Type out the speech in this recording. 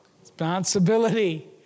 responsibility